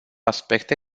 aspecte